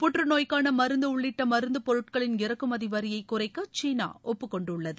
புற்றுநோய்க்கான மருந்து உள்ளிட்ட மருந்து பொருட்களின் இறக்குமதி வரியை குறைக்க சீனாஒப்புக்கொண்டுள்ளது